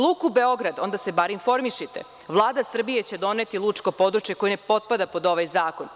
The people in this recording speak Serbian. Luku Beograd, onda se bar informišite, Vlada Srbije će doneti lučko područje koje ne potpada pod ovaj zakon.